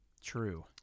True